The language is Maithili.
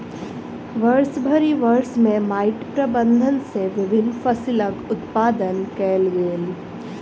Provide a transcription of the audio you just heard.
वर्षभरि वर्ष में माइट प्रबंधन सॅ विभिन्न फसिलक उत्पादन कयल गेल